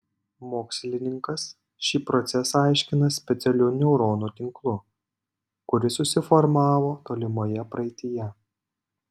mokslininkas šį procesą aiškina specialiu neuronų tinklu kuris susiformavo tolimoje praeityje